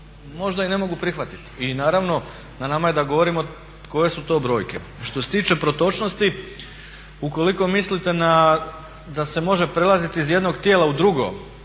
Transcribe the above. možda i ne mogu prihvatit. I naravno na nama je da govorimo koje su to brojke. Što se tiče protočnosti, ukoliko mislite da se može prelaziti iz jednog tijela u drugo,